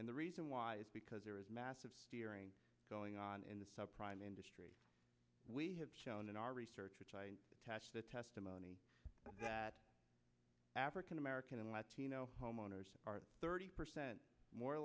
and the reason why is because there is massive stearing going on in the subprime industry we have shown in our research which i attach the testimony that african american and latino homeowners are thirty percent more